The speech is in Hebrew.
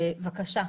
בבקשה.